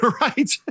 Right